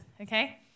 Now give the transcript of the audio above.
okay